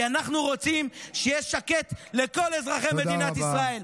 כי אנחנו רוצים שיהיה שקט לכל אזרחי מדינת ישראל.